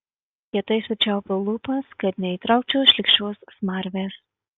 kietai sučiaupiau lūpas kad neįtraukčiau šlykščios smarvės